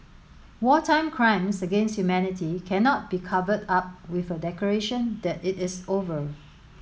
wartime crimes against humanity cannot be covered up with a declaration that it is over